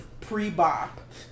Pre-bop